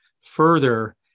further